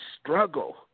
struggle